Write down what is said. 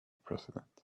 president